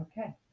Okay